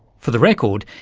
for the record,